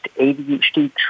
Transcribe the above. ADHD